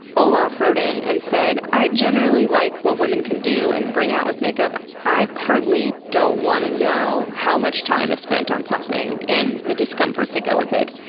olaf wrote in and said, i generally like what women can do and bring out with makeup. i partly don't want to know how much time is spent on something and the discomforts that go with it.